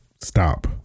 stop